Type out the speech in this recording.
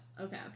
okay